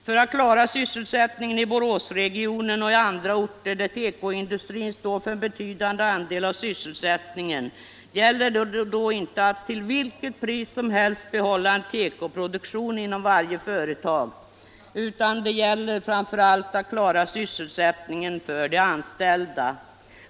För att klara sysselsättningen i Boråsregionen och i andra orter där tekoindustrin står för en betydande andel av sysselsättningen gäller det då inte att till vilket pris som helst behålla en tekoproduktion inom varje företag utan framför allt att klara sysselsättningen för de anställda.